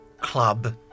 club